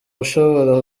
ushobora